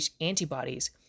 antibodies